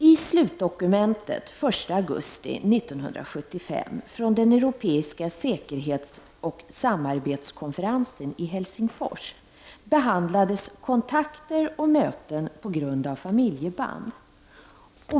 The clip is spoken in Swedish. I slutdokumentet av den 1 augusti 1975 från den Europeiska säkerhetsoch samarbetskonferensen i Helsingfors behandlades kontakter och möten på grund av familjeband.